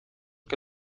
que